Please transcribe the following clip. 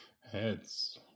Heads